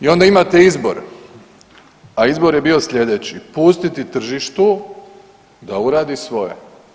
I onda imate izbor, a izbor je bio slijedeći: pustiti tržištu da uradi svoje.